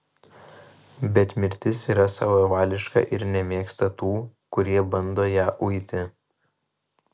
bet mirtis yra savavališka ir nemėgsta tų kurie bando ją uiti